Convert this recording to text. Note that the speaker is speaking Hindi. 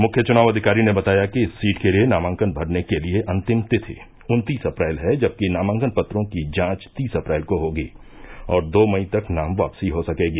मुख्य चुनाव अधिकारी ने बताया कि इस सीट के लिए नामांकन भरने के लिए अंतिम तिथि उत्तीस अप्रैल है जबकि नामांकन पत्रों की जांच तीस अप्रैल को होगी और दो मई तक नाम वापसी हो सकेगी